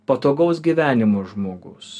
patogaus gyvenimo žmogus